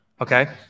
Okay